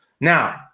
Now